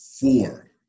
four